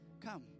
come